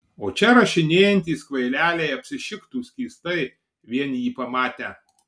o čia rašinėjantys kvaileliai apsišiktų skystai vien jį pamatę